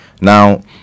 Now